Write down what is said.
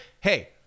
hey